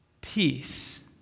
peace